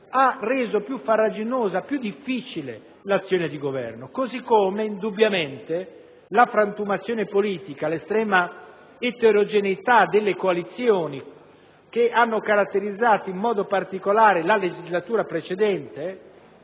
ha reso più farraginosa e difficile l'azione di Governo. Anche la frantumazione politica e l'estrema eterogeneità delle coalizioni, che hanno caratterizzato in modo particolare la legislatura precedente,